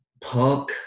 punk